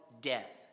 death